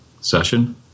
session